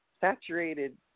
saturated